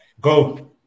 Go